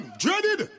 dreaded